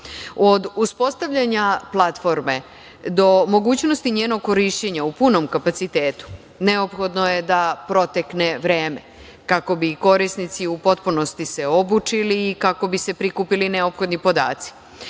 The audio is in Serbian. uspostavljanja platforme do mogućnosti njenog korišćenja u punom kapacitetu, neophodno je da protekne vreme kako bi korisnici u potpunosti se obučili i kako bi se prikupili neophodni podaci.